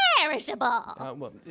perishable